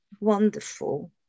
wonderful